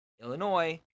Illinois